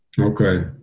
Okay